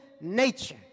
nature